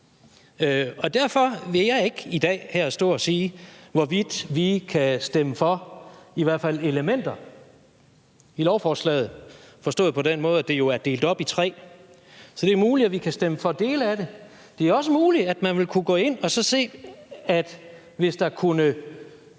og derfor vil jeg ikke her i dag stå og sige, hvorvidt vi kan stemme for i hvert fald elementer i lovforslaget, forstået på den måde, at det jo er delt op i tre. Det er muligt, at vi kan stemme for dele af det. Det er også muligt, hvis man kunne gå ind at se på, om der kunne